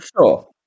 sure